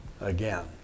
again